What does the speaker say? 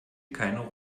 keine